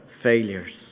failures